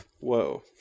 Whoa